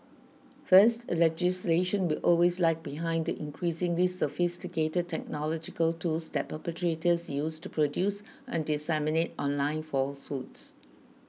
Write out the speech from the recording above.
first legislation will always lag behind the increasingly sophisticated technological tools that perpetrators use to produce and disseminate online falsehoods